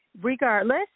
Regardless